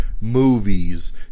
Movies